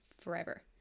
forever